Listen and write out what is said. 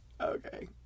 Okay